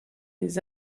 des